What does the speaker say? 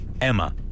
Emma